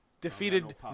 Defeated